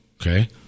Okay